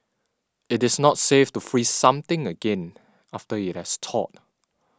it is not safe to freeze something again after it has thawed